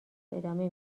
ادامه